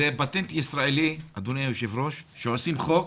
פטנט ישראלי, אדוני היושב-ראש, שעושים חוק,